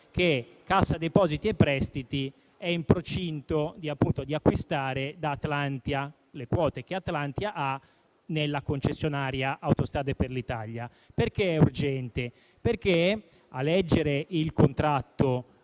Cassa depositi e prestiti è in procinto di acquistare da Atlantia: si tratta delle quote che Atlantia ha nella concessionaria Autostrade per l'Italia. È urgente, perché a leggere la